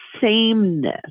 sameness